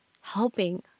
helping